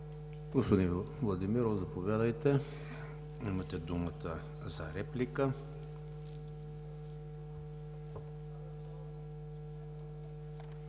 Господин Нецов, заповядайте – имате думата за реплика.